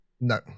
No